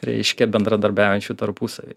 reiškia bendradarbiaujančių tarpusavy